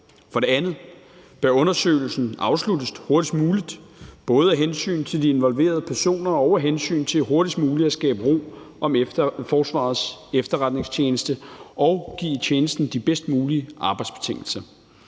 For det andet bør undersøgelsen afsluttes hurtigst muligt, både af hensyn til de involverede personer og af hensyn til hurtigst muligt at skabe ro om Forsvarets Efterretningstjeneste og give tjenesten de bedst mulige arbejdsbetingelser.